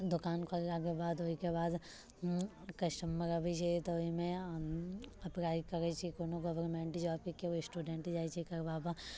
दोकान खोललाके बाद ओहिके बाद हूँ कस्टमर अबैत छै तऽ ओहिमे अप्लाइ करैत छै कोनो गवर्मेन्ट जोबके केओ स्टुडेन्ट जाइत छै करबाबऽ